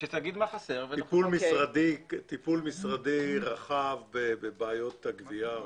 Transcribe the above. לנו טיפול משרדי רחב בבעיות הגבייה.